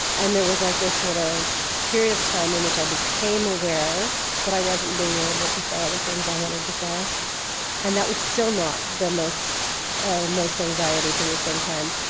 and there was like this sort of period of time in which i became aware that i wasn't being able to say all the things i wanted to say and that was still not the most most anxiety-producing time.